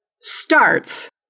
starts